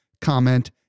comment